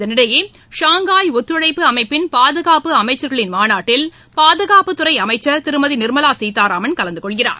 இதனிடையே ஷாங்காய் ஒத்துழைப்பு அமைப்பின் பாதுகாப்பு அமைச்சர்களின் மாநாட்டில் பாதுகாப்புத்துறை அமைச்சர் திருமதி நிர்மலா சீதாராமன் கலந்து கொள்கிறார்